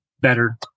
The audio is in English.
better